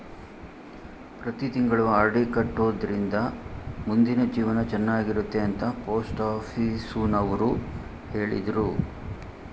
ಪ್ರತಿ ತಿಂಗಳು ಆರ್.ಡಿ ಕಟ್ಟೊಡ್ರಿಂದ ಮುಂದಿನ ಜೀವನ ಚನ್ನಾಗಿರುತ್ತೆ ಅಂತ ಪೋಸ್ಟಾಫೀಸುನವ್ರು ಹೇಳಿದ್ರು